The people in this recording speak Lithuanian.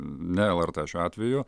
neverta šiuo atveju